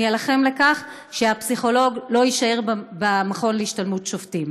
אני אלחם על כך שהפסיכולוג לא יישאר במכון להשתלמות שופטים.